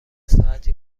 ساعتی